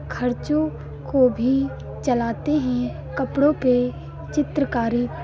खर्चों को भी चलाते हैं कपड़ों पे चित्रकारी